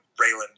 raylan